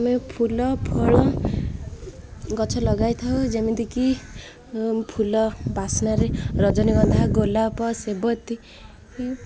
ଆମେ ଫୁଲ ଫଳ ଗଛ ଲଗାଇ ଥାଉ ଯେମିତି କି ଫୁଲ ବାସ୍ନାରେ ରଜନୀଗନ୍ଧା ଗୋଲାପ ସେବତୀ